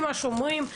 עם השומרים.